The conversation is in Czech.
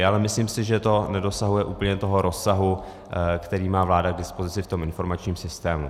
Ale myslím si, že to nedosahuje úplně toho rozsahu, který má vláda k dispozici v tom informačním systému.